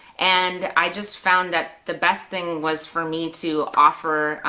and i just found that the best thing was for me to offer,